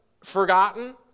forgotten